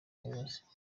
umuyobozi